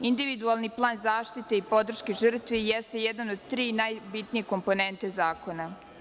Individualni plan zaštite i podrške žrtvi jeste jedan od tri najbitnije komponente zakona.